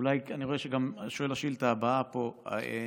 ואולי אני רואה שגם שואל השאילתה הבאה פה,